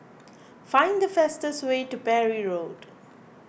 find the fastest way to Parry Road